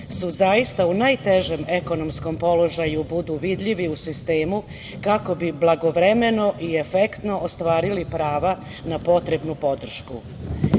su zaista u najtežem ekonomskom položaju budu vidljivi u sistemu kako bi blagovremeno i efektno ostvarili prava na potrebnu